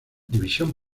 división